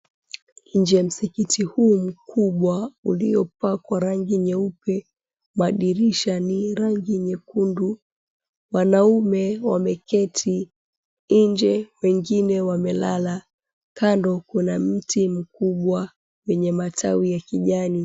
Nje ya msikiti huu mkubwa, uliopakwa rangi nyeupe madirisha ni rangi nyekundu, wanaume wameketi nje wengine wamelala kando kuna mti mkubwa wenye matawi ya kijani.